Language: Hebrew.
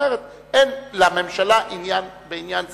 אומרת: אין לממשלה עניין בעניין זה,